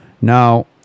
Now